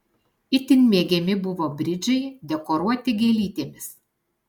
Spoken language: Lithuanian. itin mėgiami buvo bridžai dekoruoti gėlytėmis